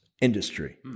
industry